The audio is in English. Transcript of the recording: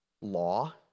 law